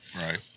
right